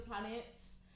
planets